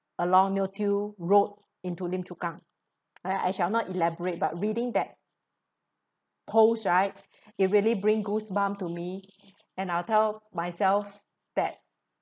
along neo tiew road into lim chu kang I I shall not elaborate but reading that post right it really bring goosebump to me and I'll tell myself that